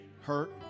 hurt